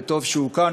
וטוב שהוא כאן,